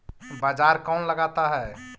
बाजार कौन लगाता है?